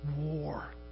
war